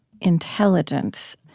intelligence